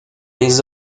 les